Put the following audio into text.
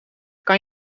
kan